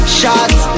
shots